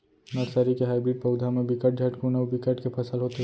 nursery के hybrid पउधा म बिकट झटकुन अउ बिकट के फसल होथे